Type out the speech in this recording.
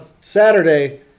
Saturday